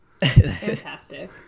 Fantastic